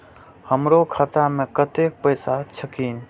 हमरो खाता में कतेक पैसा छकीन?